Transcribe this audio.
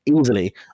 easily